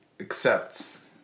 accepts